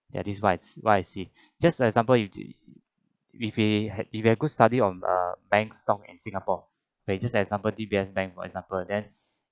this is what what I see just as a example if we if had a good study on a bank stock and singapore for just example D_B_S bank for example then